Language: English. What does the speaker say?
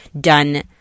done